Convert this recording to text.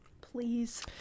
Please